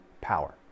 power